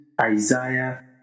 Isaiah